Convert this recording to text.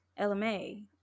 LMA